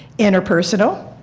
interpersonal,